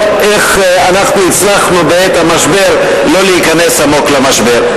ללמוד איך אנחנו הצלחנו בעת המשבר לא להיכנס עמוק למשבר.